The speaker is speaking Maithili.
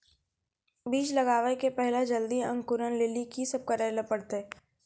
बीज लगावे के पहिले जल्दी अंकुरण लेली की सब करे ले परतै?